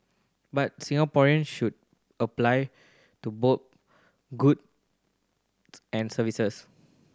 buy Singaporean should apply to both goods and services